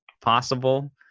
possible